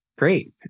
Great